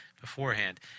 beforehand